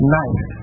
nice